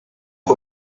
ont